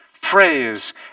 praise